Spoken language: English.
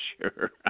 sure